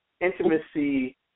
Intimacy